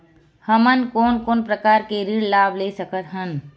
हमन कोन कोन प्रकार के ऋण लाभ ले सकत हन?